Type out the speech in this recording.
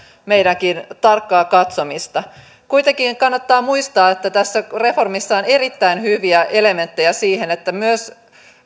meiltäkin tarkkaa katsomista kannattaa muistaa että tässä reformissa on erittäin hyviä elementtejä siihen että myös